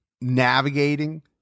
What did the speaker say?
navigating